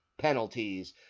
penalties